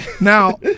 Now